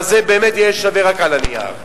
אבל זה באמת יהיה שווה רק על הנייר.